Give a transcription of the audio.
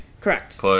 Correct